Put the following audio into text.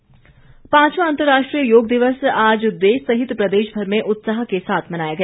योग दिवस पांचवां अतंराष्ट्रीय योग दिवस आज देश सहित प्रदेशभर में उत्साह के साथ मनाया गया